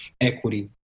equity